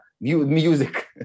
music